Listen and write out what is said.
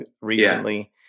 recently